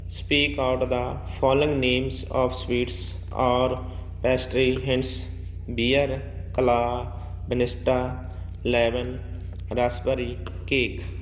speak out the following names of sweets ਔਰ pastry hints bear claw ballista leaven rasbhari cake